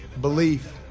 belief